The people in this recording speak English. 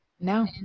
No